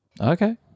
Okay